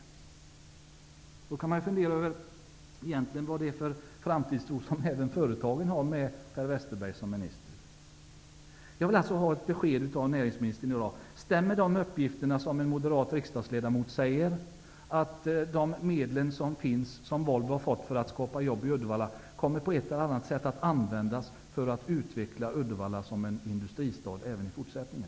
Vad är det för framtidstro som företagen har med Per Westerberg som minister? Jag vill ha ett besked från näringsministern i dag. Stämmer de uppgifter som har framkommit av en moderat riksdagsledamot, dvs. att de medel som Volvo har fått för att skapa jobb i Uddevalla kommer på ett eller annat sätt att användas för att utveckla Uddevalla som en industristad även i fortsättningen?